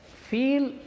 feel